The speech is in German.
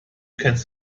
kennst